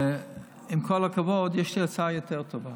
שעם כל הכבוד, יש לי הצעה יותר טובה,